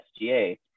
SGA